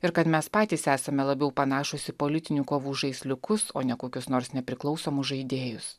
ir kad mes patys esame labiau panašūs į politinių kovų žaisliukus o ne kokius nors nepriklausomus žaidėjus